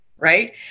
Right